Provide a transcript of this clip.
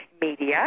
media